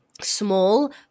small